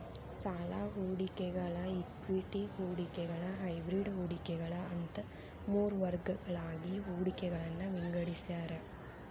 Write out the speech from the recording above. ಸಾಲ ಹೂಡಿಕೆಗಳ ಇಕ್ವಿಟಿ ಹೂಡಿಕೆಗಳ ಹೈಬ್ರಿಡ್ ಹೂಡಿಕೆಗಳ ಅಂತ ಮೂರ್ ವರ್ಗಗಳಾಗಿ ಹೂಡಿಕೆಗಳನ್ನ ವಿಂಗಡಿಸ್ಯಾರ